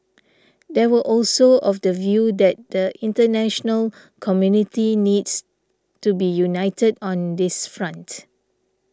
they were also of the view that the international community needs to be united on this front